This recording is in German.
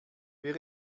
wer